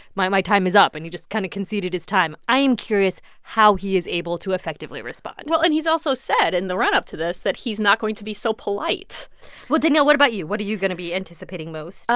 my my time is up. and he just kind of conceded his time. i am curious how he is able to effectively respond well and he's also said in the run-up to this that he's not going to be so polite well, danielle, what about you? what are you going to be anticipating most?